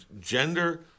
gender